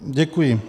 Děkuji.